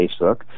Facebook